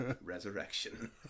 Resurrection